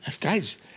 Guys